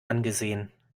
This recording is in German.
angesehen